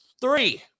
three